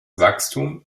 wachstum